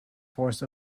forced